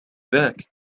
ذاك